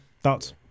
Thoughts